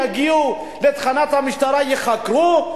יגיעו לתחנת המשטרה וייחקרו,